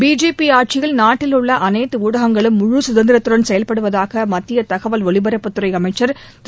BJP ஆட்சியில் நாட்டில் உள்ள அனைத்து ஊடகங்களும் முழு சுதந்திரத்துடன் செயல்படுவதாக மத்திய தகவல் ஜலிபரப்புத்துறை அமைச்சர் திரு